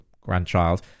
grandchild